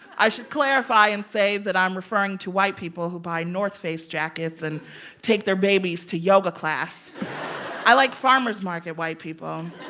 i should clarify and say that i'm referring to white people who buy north face jackets and take their babies to yoga class i like farmer's market white people,